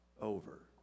over